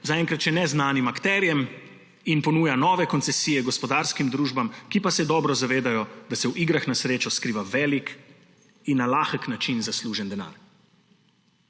zaenkrat še neznanim akterjem in ponuja nove koncesije gospodarskim družbam, ki pa se dobro zavedajo, da se v igrah na srečo skriva velik in na lahek način zaslužen denar.